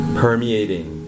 permeating